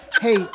Hey